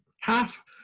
half